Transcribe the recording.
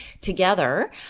together